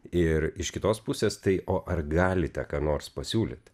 ir iš kitos pusės tai o ar galite ką nors pasiūlyti